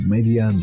Media